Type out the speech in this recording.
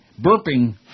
Burping